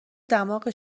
دماغ